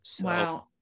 Wow